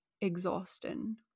exhausting